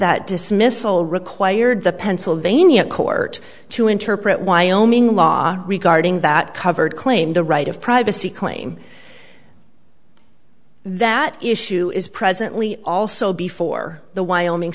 that dismissal required the pennsylvania court to interpret wyoming law regarding that covered claim the right of privacy claim that issue is presently also before the wyoming